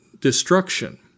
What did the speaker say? Destruction